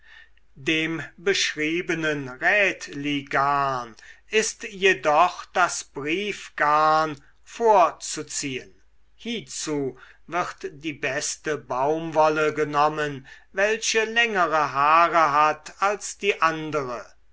dem beschriebenen rädligarn ist jedoch das briefgarn vorzuziehen hiezu wird die beste baumwolle genommen welche längere haare hat als die andere